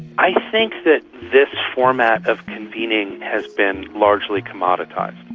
i think that this format of convening has been largely commoditised.